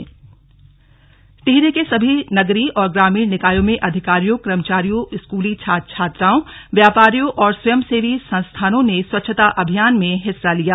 स्वच्छ अभियान राज्य जारी टिहरी के सभी नगरीय और ग्रामीण निकायों में अधिकारियों कर्मचारियों स्कूली छात्र छात्राओं व्यापारियों और स्वंय सेवी संस्थानों ने स्वच्छता अभियान में हिस्सा लिया